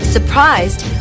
Surprised